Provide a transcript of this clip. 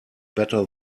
better